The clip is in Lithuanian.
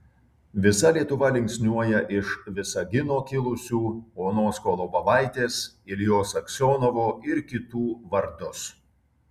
visa lietuva linksniuoja iš visagino kilusių onos kolobovaitės iljos aksionovo ir kitų vardus